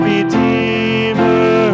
Redeemer